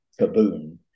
kaboom